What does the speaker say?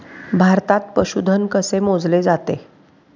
भारतात पशुधन कसे मोजले जाते?